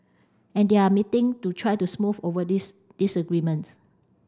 and they are meeting to try to smooth over these disagreement